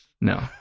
No